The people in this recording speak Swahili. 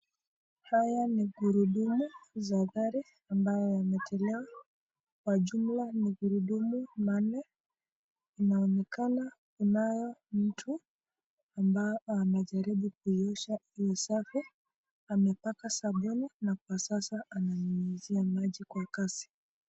Haya ni gurudumu za gari ambayo yametolewa. Kwa jumla ni gurudumu manne. Inaonekana kunayo mtu ambaye anajaribu kuiosha iwe safi. Amepaka sabuni na kwa sasa ananyunyizia maji kwa kasi.